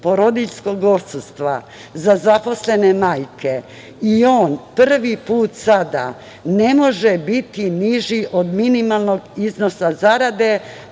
porodiljskog odsustva za zaposlene majke i on prvi put sada ne može biti niži od minimalnog iznosa zarade